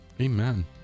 amen